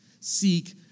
seek